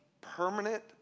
Permanent